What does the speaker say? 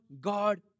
God